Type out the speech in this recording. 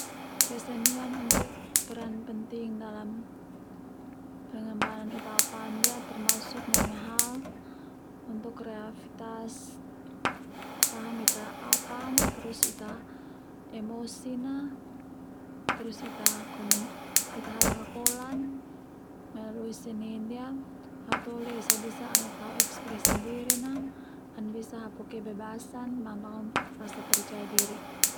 Kesenian untuk peran penting dalam pengembangan Ita aopan ndia termasuk neme hal untuk rehabitas, paham Ita aopan terus Ita emosi na terus Ita hala kakolan melalui seni ndia hatoli esa ana bisa tao ekspresi dirina ana bisa hapu kebebasan ma bangun rasa percaya diri.